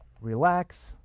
relax